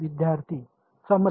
विद्यार्थीः समरण